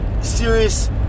serious